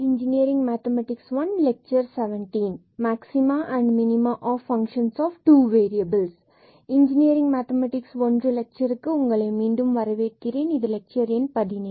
engineering mathematics 1 லெட்சருக்கு உங்களை மீண்டும் வரவேற்கிறேன் மற்றும் இது லெக்சர் எண் 17